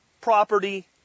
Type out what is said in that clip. property